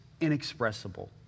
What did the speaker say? inexpressible